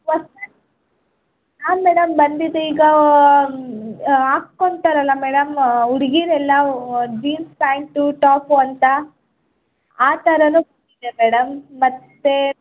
ಹೊಸ ಹಾಂ ಮೇಡಮ್ ಬಂದಿದೆ ಈಗ ಹಾಕೊಳ್ತಾರಲ್ಲ ಮೇಡಮ್ ಹುಡುಗೀರೆಲ್ಲ ಜೀನ್ಸ್ ಪ್ಯಾಂಟು ಟಾಪು ಅಂತ ಆ ಥರನೂ ಬಂದಿದೆ ಮೇಡಮ್ ಮತ್ತೆ